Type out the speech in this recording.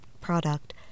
product